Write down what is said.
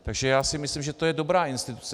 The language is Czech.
Takže já myslím, že to je dobrá instituce.